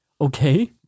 Okay